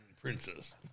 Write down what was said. Princess